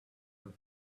and